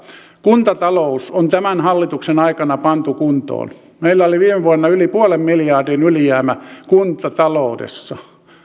kuntatalous on tämän hallituksen aikana pantu kuntoon meillä oli viime vuonna yli puolen miljardin ylijäämä kuntataloudessa